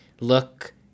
look